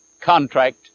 contract